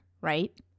right